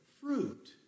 fruit